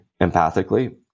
empathically